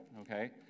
okay